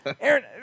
Aaron